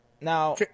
Now